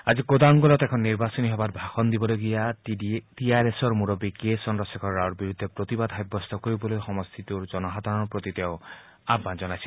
আজি কোদাংগলত এখন নিৰ্বাচনী সভাত ভাষণ দিবলগীয়া টি আৰ এছৰ মুৰববী কে চন্দ্ৰশেখৰ ৰাওৰ বিৰুদ্ধে প্ৰতিবাদ সাব্যস্ত কৰিবলৈ সমষ্টিটোৰ জনসাধাৰণৰ প্ৰতি তেওঁ আহ্বান জনাইছিল